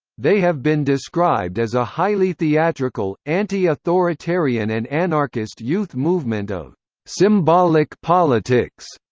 they have been described as a highly theatrical, anti-authoritarian and anarchist youth movement of symbolic politics.